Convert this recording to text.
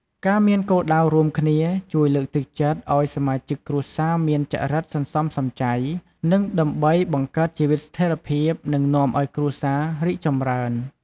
ការមានគោលដៅរួមគ្នា ជួយលើកទឹកចិត្តឲ្យសមាជិកគ្រួសារមានចរិតសន្សំសំចៃ និង ដើម្បីបង្កើតជីវិតស្ថេរភាព និងនាំឲ្យគ្រួសាររីកចម្រើន។